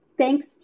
thanks